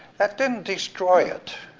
that didn't destroy it.